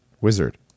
wizard